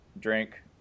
drink